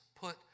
put